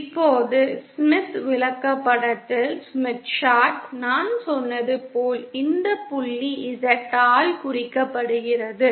இப்போது ஸ்மித் விளக்கப்படத்தில் நான் சொன்னது போல் இந்த புள்ளி ZL ஆல் குறிக்கப்படுகிறது